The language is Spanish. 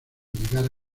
llegar